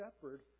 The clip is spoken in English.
shepherd